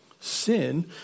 Sin